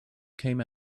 came